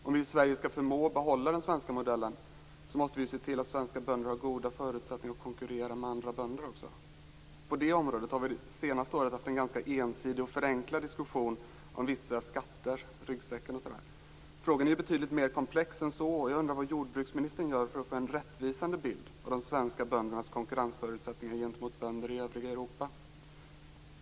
Om vi i Sverige skall förmås att behålla den svenska modellen måste vi se till att svenska bönder har goda förutsättningar för att konkurrera med andra bönder. På det området har vi det senaste året haft en ganska ensidig och förenklad diskussion om vissa skatter - t.ex. om skatteryggsäcken. Frågan är betydligt mer komplex än så. Jag undrar vad jordbruksministern gör för att få en rättvisande bild av de svenska böndernas konkurrensförutsättningar i förhållande till bönder i övriga Europa.